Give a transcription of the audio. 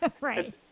Right